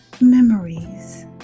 memories